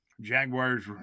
Jaguars